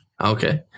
Okay